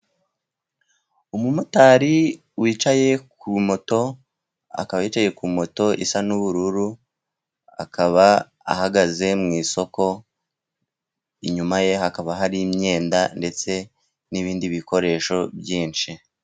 Umumotari wicaye kuri moto, akaba yicaye kuri moto isa n'ubururu, akaba ahagaze mu isoko inyuma ye hakaba hari imyenda ndetse n'ibindi bikoresho byinshi.